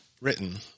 written